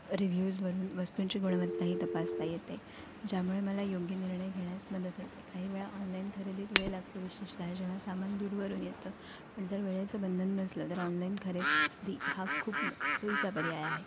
रिव्ह्यूजवरून वस्तूंची गुणवत्ताही तपासता येते ज्यामुळे मला योग्य निर्णय घेण्यास मदत होते काही वेळा ऑनलाईन खरेदीत वेळ लागतो विशेषत जेव्हा सामान दूरवरून येतं पण जर वेळेचं बंधन नसलं तर ऑनलाईन खरेदी हा खूप सोयीचा पर्याय आहे